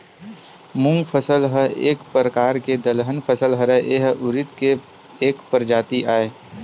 मूंग फसल ह एक परकार के दलहन फसल हरय, ए ह उरिद के एक परजाति आय